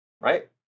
right